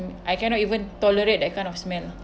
I cannot even tolerate that kind of smell